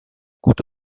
gute